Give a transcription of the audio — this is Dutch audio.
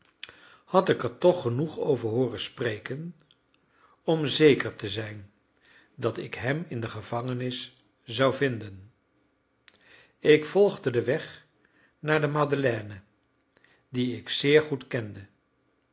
had ik er toch genoeg over hooren spreken om zeker te zijn dat ik hem in de gevangenis zou vinden ik volgde den weg naar de madeleine dien ik zeer goed kende